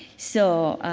so,